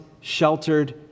sheltered